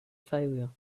failure